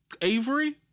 Avery